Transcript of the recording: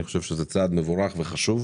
אני חושב שזה צעד מבורך וחשוב.